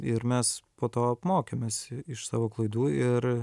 ir mes po to p mokėmės iš savo klaidų ir